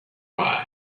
why